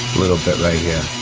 little bit right here.